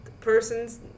person's